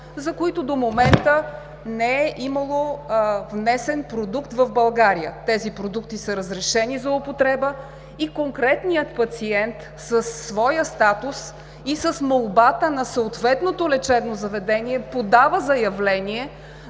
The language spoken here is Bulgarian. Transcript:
за които до момента не е имало внесен продукт в България. Тези продукти са разрешени за употреба и конкретният пациент със своя статус и с молбата на съответното лечебно заведение подава заявление.